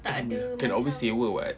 can can always sewa [what]